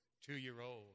Two-year-old